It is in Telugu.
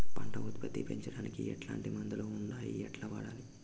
పంట ఉత్పత్తి పెంచడానికి ఎట్లాంటి మందులు ఉండాయి ఎట్లా వాడల్ల?